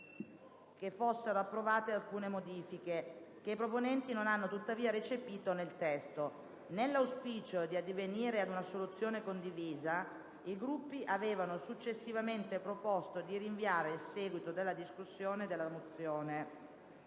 che fossero approvate alcune modifiche, che i proponenti non hanno tuttavia recepito nel testo. Nell'auspicio di addivenire ad una soluzione condivisa, i Gruppi avevano successivamente proposto di rinviare il seguito della discussione della mozione.